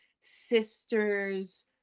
sister's